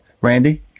Randy